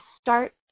start